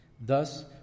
Thus